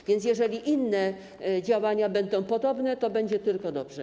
A więc jeżeli inne działania będą podobne, to będzie tylko dobrze.